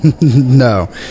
no